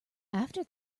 after